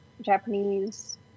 Japanese